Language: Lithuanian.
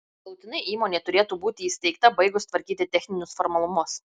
galutinai įmonė turėtų būti įsteigta baigus tvarkyti techninius formalumus